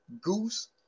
Goose